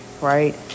right